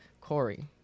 Corey